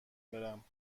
برم